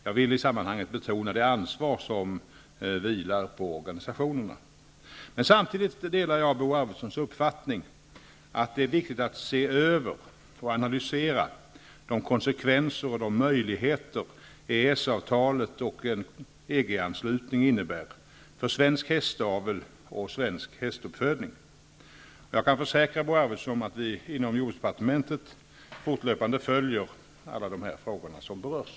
Jag vill i det sammanhanget betona det ansvar som här vilar på organisationerna. Samtidigt delar jag Bo Arvidssons uppfattning att det är viktigt att se över och analysera de konsekvenser och de möjligheter EES-avtalet och en EG-anslutning innebär för svensk hästavel och hästuppfödning. Jag kan försäkra Bo Arvidsson att vi inom jordbruksdepartementet fortlöpande följer alla de frågor som berörs.